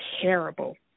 terrible